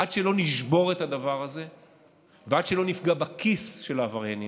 ועד שלא נפגע בכיס של העבריינים,